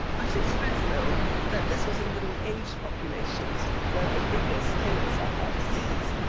i should stress though that this was in middle aged populations where the biggest killers are heart disease,